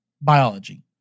biology